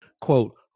quote